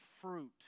fruit